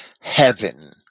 heaven